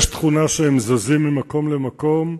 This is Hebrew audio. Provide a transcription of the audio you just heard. יש תכונה שהם זזים ממקום למקום.